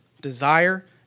desire